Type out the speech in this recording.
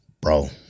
bro